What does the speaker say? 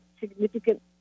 significant